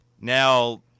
Now